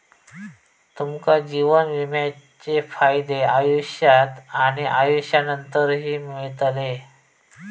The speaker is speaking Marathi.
तुमका जीवन विम्याचे फायदे आयुष्यात आणि आयुष्यानंतरही मिळतले